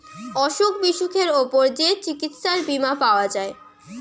অসুখ বিসুখের উপর যে চিকিৎসার বীমা পাওয়া যায়